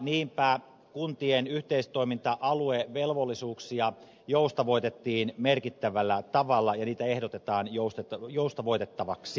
niinpä kuntien yhteistoiminta aluevelvollisuuksia joustavoitettiin merkittävällä tavalla ja niitä ehdotetaan joustavoitettavaksi